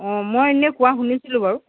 অঁ মই এনেই কোৱা শুনিছিলোঁ বাৰু